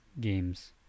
games